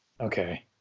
Okay